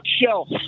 shelf